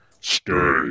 Stay